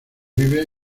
vive